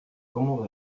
comment